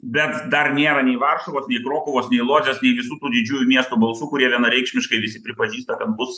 bet dar nėra nei varšuvos nei krokuvos nei lodžos nei visų tų didžiųjų miestų balsų kurie vienareikšmiškai visi pripažįsta kad bus